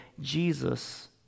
Jesus